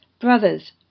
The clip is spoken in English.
brothers